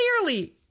clearly